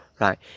right